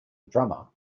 drummer